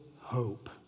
hope